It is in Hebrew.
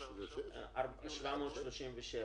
343,737,